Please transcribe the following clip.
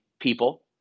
people